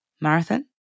marathon